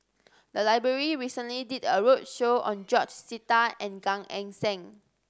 the library recently did a roadshow on George Sita and Gan Eng Seng